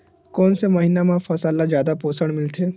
कोन से महीना म फसल ल जादा पोषण मिलथे?